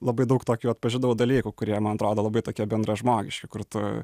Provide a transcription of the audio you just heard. labai daug tokių atpažinau dalykų kurie man atrodo labai tokie bendražmogiški kur tu